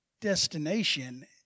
destination